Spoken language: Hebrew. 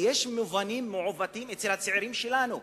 כי יש מובנים מעוותים אצל הצעירים שלנו.